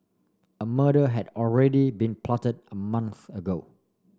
a murder had already been plotted a month ago